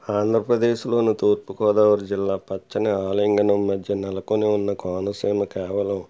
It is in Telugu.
ఆంధ్రప్రదేశ్లోను తూర్పుగోదావరి జిల్లా పచ్చని ఆలింగణం మధ్య నెలకొనివున్నా కోనసీమ కేవలం